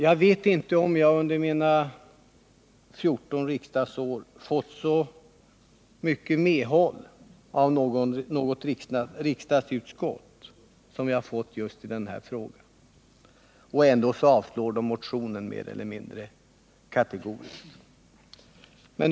Jag vet inte om jag under mina 14 riksdagsår fått så mycket medhåll av något riksdagsutskott som i just denna fråga. Men trots detta har utskottet mer eller mindre kategoriskt avstyrkt motionen.